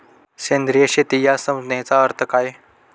सेंद्रिय शेती या संज्ञेचा अर्थ काय?